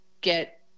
get